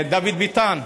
דוד ביטן,